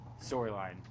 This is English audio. storyline